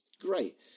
great